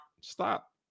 Stop